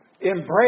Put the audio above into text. Embrace